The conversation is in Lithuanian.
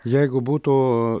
jeigu būtų